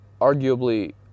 arguably